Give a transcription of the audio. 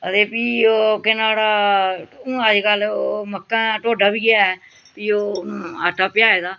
आं ते फ्ही ओह् केह् नांऽ नुआड़ा हून अज्जकल ओह् मक्कां टोडा बी ऐ फ्ही ओह् आटा पेहाए दा